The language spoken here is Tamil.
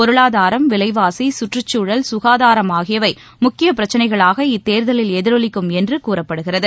பொருளாதாரம் விலைவாசி சுற்றுக்சூழல் சுகாதாரம் ஆகியவை முக்கிய பிரச்சனைகளாக இத்தேர்தலில் எதிரொலிக்கும் என்று கூறப்படுகிறது